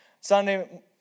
Sunday